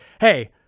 hey